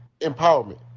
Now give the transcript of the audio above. empowerment